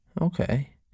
Okay